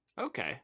Okay